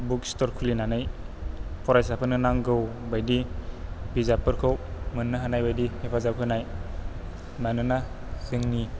book स्थ'र खुलिनानै फरायसाफोरनो नांगौ बायदि बिजाबफोरखौ मोननो हानाय बायदि हेफाजाब होनाय मानोना जोंनि